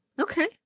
Okay